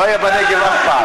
הוא לא היה בנגב אף פעם.